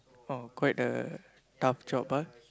oh quite a tough job ah